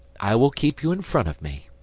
i will keep you in front of me.